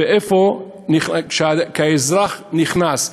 וכשהאזרח נכנס,